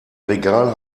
regal